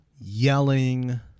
yelling